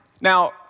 Now